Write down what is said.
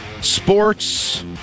sports